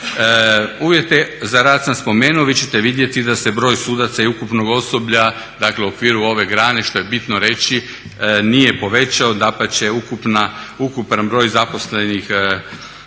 Uvjete za rad sam spomenuo. Vi ćete vidjeti da se broj sudaca i ukupnog osoblja dakle u okviru ove grane što je bitno reći nije povećao, dapače ukupan broj zaposlenih i